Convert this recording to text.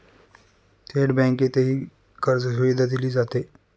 थेट बँकेतही कर्जसुविधा दिली जाते